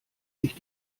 sich